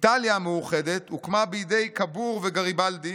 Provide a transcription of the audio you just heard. איטליה המאוחדת הוקמה בידי קאבור וגריבלדי